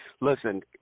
Listen